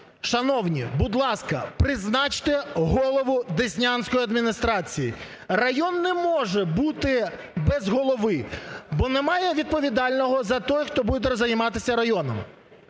Шановні, будь ласка, призначте голову Деснянської адміністрації. Район не може бути без голови, бо немає відповідального за те, хто буде займатися районом.